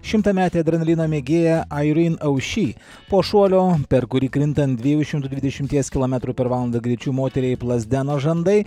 šimtametė adrenalino mėgėja airin aušy po šuolio per kurį krintant dviejų šimtų dvidešimties kilometrų per valandą greičiu moteriai plazdeno žandai